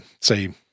say